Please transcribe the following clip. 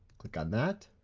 click on that.